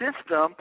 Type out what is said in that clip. system